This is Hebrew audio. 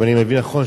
אם אני מבין נכון,